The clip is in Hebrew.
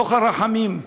מתוך הרחמים,